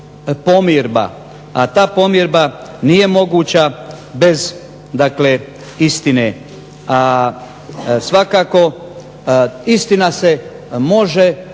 a ta pomirba nije moguća bez istine. Svakako istina se može